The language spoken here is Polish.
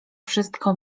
wszystko